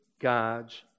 God's